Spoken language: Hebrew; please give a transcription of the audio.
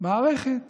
מערכת